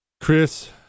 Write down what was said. Chris